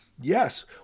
Yes